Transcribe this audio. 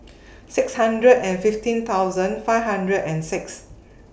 six hundred and fifteen thousand five hundred and six